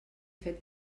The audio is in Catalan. fet